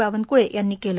बावनकुळे यांनी केलं